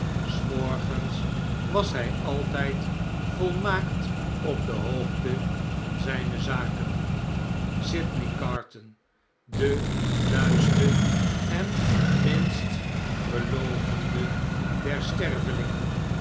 s morgens was hj altjjd volmaakt op de hoogte van zjne zaken sydney carton de luiste en minst belovende der stervelingen